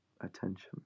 attention